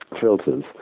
filters